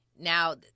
now